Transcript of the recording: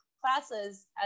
classes